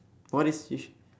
what is yish~